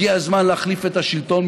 הגיע הזמן להחליף את השלטון,